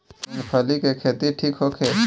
मूँगफली के खेती ठीक होखे?